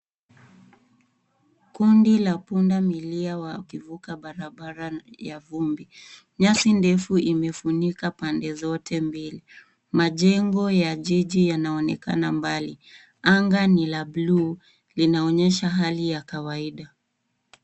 Kundi la pundamilia wakivuka barabara ya vumbi. Nyasi ndefu imefunika pande zote mbili. Majengo ya jiji yanaonekana mbali. Anga ni la bluu. Inaonyesha hali ya kawaida.